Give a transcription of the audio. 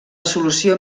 solució